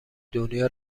دنیا